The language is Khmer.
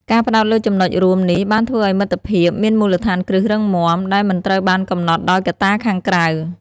ការផ្តោតលើចំណុចរួមនេះបានធ្វើឲ្យមិត្តភាពមានមូលដ្ឋានគ្រឹះរឹងមាំ ដែលមិនត្រូវបានកំណត់ដោយកត្តាខាងក្រៅ។